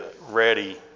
ready